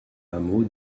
hameau